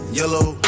yellow